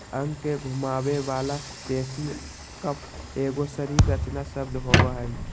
अंग के घुमावे वाला पेशी कफ एगो शरीर रचना शब्द होबो हइ